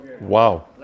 Wow